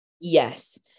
Yes